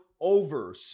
over